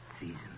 season